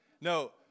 No